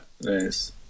nice